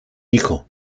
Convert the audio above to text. hijo